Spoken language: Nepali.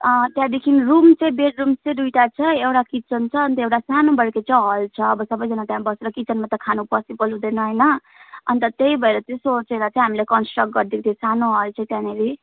अँ त्यहाँदेखि रुम चाहिँ बेडरुम चाहिँ दुईवटा छ एउटा किचन छ अन्त एउटा सानोबडेको चाहिँ हल छ अब सबैजना त्यहाँ बसेर किचनमा त खानु पसिबल हुँदैन होइन अन्त त्यही भएर चाहिँ सोचेर चाहिँ हामीले कन्स्ट्रक्ट गर्दै थियौँ सानो हल चाहिँ त्यहाँनिर